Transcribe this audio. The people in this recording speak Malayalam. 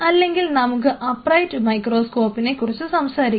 അല്ലെങ്കിൽ നമുക്ക് അപ്രൈറ്റ് മൈക്രോസ്കോപ്പിനെ കുറിച്ച് സംസാരിക്കാം